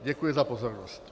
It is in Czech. Děkuji za pozornost.